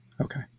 Okay